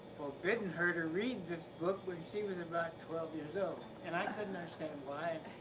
forbidden her to read this book when she was about twelve years old. and i couldn't understand why.